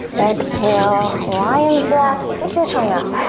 exhale, lion's breath. stick your tongue out.